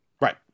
Right